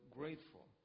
grateful